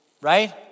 Right